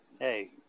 Hey